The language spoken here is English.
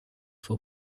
for